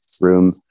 room